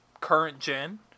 current-gen